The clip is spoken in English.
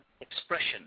expression